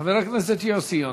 חבר הכנסת יוסי יונה,